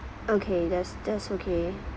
okay that's that's okay